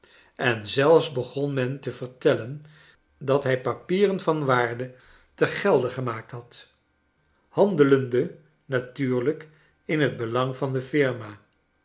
en zelfs begon men te vertellen dat hij papieren van waarde te gelde gemaakt had handelende natuurlijk in het belang van de firma